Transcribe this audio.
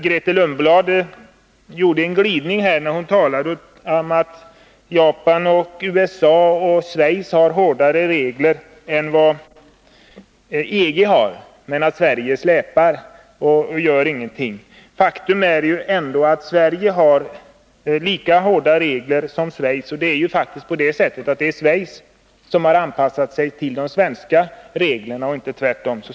Grethe Lundblad talade om att Japan, USA och Schweiz har hårdare regler än EG, men att Sverige släpar efter och inte gör någonting. Faktum är att Sverige har lika hårda regler som Schweiz, och det är faktiskt så att det är Schweiz som har anpassat sig till de svenska reglerna och inte tvärtom!